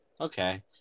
Okay